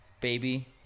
baby